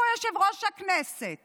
יושב פה יושב-ראש הכנסת